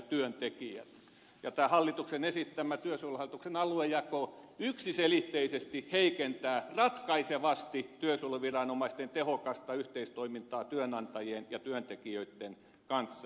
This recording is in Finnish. ja tämä hallituksen esittämä työsuojeluhallituksen aluejako yksiselitteisesti heikentää ratkaisevasti työsuojeluviranomaisten tehokasta yhteistoimintaa työnantajien ja työntekijöitten kanssa